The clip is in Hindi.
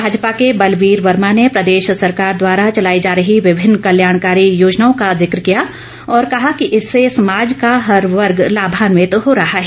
भाजपा के बलबीर वर्मा ने प्रदेश सरकार द्वारा चलाई जा रही विभिन्न कल्याणकारी योजनाओं का जिक्र किया और कहा कि इसे समाज का हर वर्ग लाभांवित हो रहा है